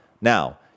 Now